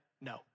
no